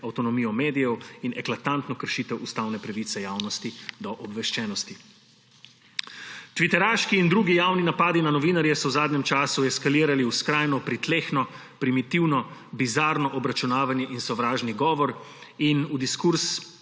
avtonomijo medijev in eklatantno kršitev ustavne pravice javnosti do obveščenosti. Tviteraški in drugi javni napadi na novinarje so v zadnjem času eskalirali v skrajno pritlehno, primitivno, bizarno obračunavanje in sovražni govor in v diskurz,